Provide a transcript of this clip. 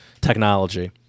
technology